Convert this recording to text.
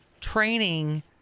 training